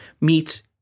Meets